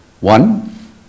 One